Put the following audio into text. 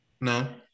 No